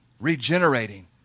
regenerating